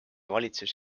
valitsus